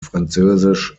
französisch